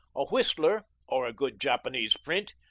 a whistler, or a good japanese print,